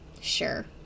Sure